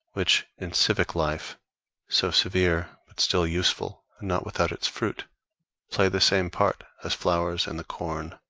which, in civic life so severe, but still useful and not without its fruit play the same part as flowers in the corn.